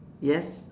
yes